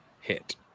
hit